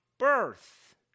birth